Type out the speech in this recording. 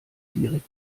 direkt